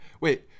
Wait